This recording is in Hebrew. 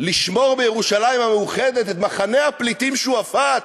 לשמור בירושלים המאוחדת את מחנה הפליטים שועפאט,